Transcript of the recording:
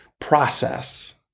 process